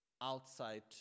outside